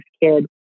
kid